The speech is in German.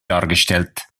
dargestellt